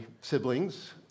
siblings